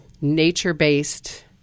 nature-based